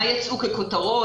מה יצאו ככותרות?